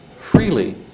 freely